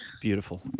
Beautiful